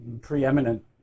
preeminent